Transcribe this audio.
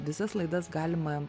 visas laidas galima